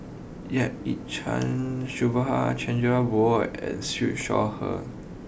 Yap Ee Chian Subhas Chandra Bose and Siew Shaw Her